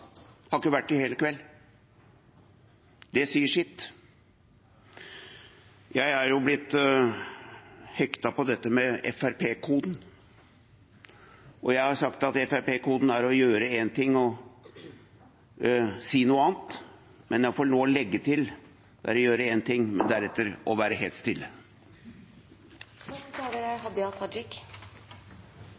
har ikke vært det i hele kveld. Det sier sitt. Jeg er jo blitt hektet på dette med Frp-koden, og jeg har sagt at Frp-koden er å gjøre en ting og si noe annet, men jeg får nå legge til: Det er å gjøre en ting, men deretter være helt